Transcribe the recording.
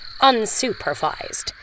unsupervised